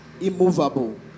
immovable